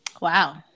Wow